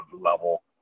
level